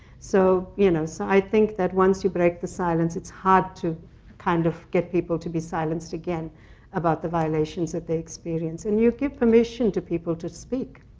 so, you know, so i think that once you break the silence, it's hard to kind of get people to be silenced again about the violations that they experience. and you give permission to people to speak.